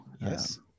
yes